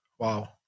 Wow